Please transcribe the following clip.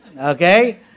Okay